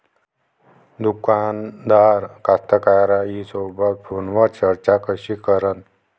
दुकानदार कास्तकाराइसोबत फोनवर चर्चा कशी करन?